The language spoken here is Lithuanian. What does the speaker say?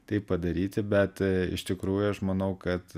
tai padaryti bet iš tikrųjų aš manau kad